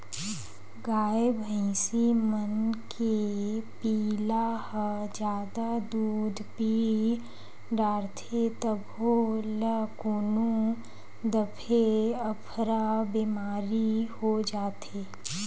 गाय भइसी मन के पिला ह जादा दूद पीय डारथे तभो ल कोनो दफे अफरा बेमारी हो जाथे